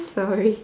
sorry